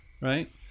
right